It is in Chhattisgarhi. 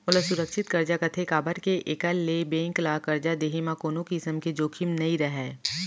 ओला सुरक्छित करजा कथें काबर के एकर ले बेंक ल करजा देहे म कोनों किसम के जोखिम नइ रहय